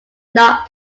not